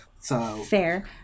Fair